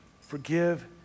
forgive